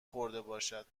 خوردهباشد